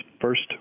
First